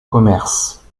commerce